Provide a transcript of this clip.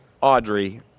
Audrey